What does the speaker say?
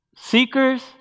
Seekers